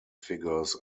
figures